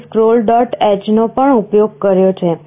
h નો પણ ઉપયોગ કર્યો છે